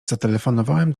zatelefonowałem